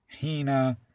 Hina